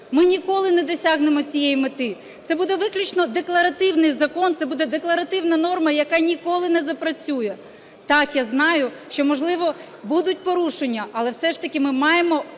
ми ніколи не досягнемо цієї мети. Це буде виключно декларативний закон, це буде декларативна норма, яка ніколи не запрацює. Так, я знаю, що, можливо, будуть порушення, але все ж таки ми маємо